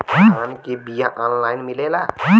धान के बिया ऑनलाइन मिलेला?